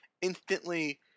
instantly